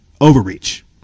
overreach